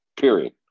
period